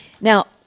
Now